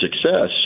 success